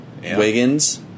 Wiggins